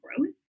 growth